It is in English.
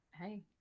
Hey